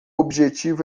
objetivo